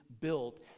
built